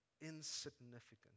insignificant